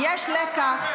השרה, השרה, יש לקח.